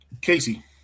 Casey